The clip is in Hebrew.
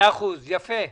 יפה דיברת,